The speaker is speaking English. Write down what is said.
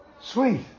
Sweet